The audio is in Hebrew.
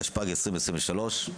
התשפ"ג-2023,